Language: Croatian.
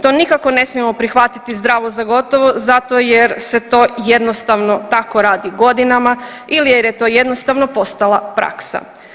To nikako ne smijemo prihvatiti zdravo za gotovo zato jer se to jednostavno tako radi godinama ili jer je to jednostavno postala praksa.